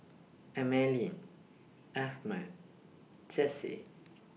Emaline Ahmed Jessy